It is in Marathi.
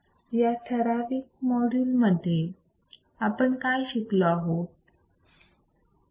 तर या ठराविक मॉड्यूल मध्ये आपण काय शिकलो आहोत